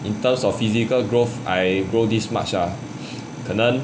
in terms of physical growth I grow this much ah 可能